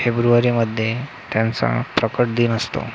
फेब्रुवारीमध्ये त्यांचा प्रकट दिन असतो